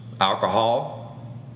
alcohol